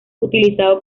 utilizado